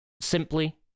simply